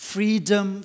Freedom